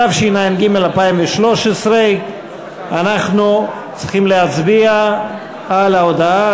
התשע"ג 2013. אנחנו צריכים להצביע על ההודעה,